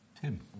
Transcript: Tim